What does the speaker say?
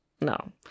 no